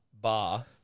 Bar